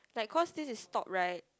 like cause this is stop right